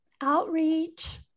outreach